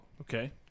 Okay